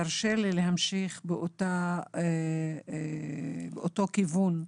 תרשה לי להמשיך באותו כיוון.